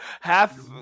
Half